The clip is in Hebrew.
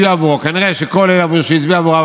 וכנראה כל אלה שהצביעו עבורו,